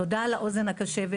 תודה על האוזן הקשבת,